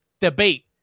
debate